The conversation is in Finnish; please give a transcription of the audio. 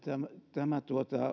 tämä